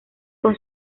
con